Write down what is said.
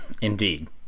Indeed